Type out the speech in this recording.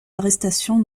arrestation